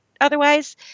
Otherwise